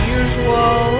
usual